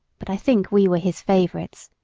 but i think we were his favorites.